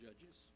Judges